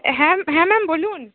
হ্যাঁ হ্যাঁ ম্যাম বলুন